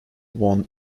won